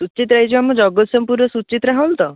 ସୁଚିତ୍ରା ଏ ଯେଉଁ ଆମ ଜଗତସିଂହପୁରର ସୁଚିତ୍ରା ହଲ୍ ତ